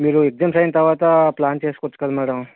మీరు ఎగ్జామ్స్ అయిన తర్వాత ప్లాన్ చేసుకోవచ్చు కదా మేడం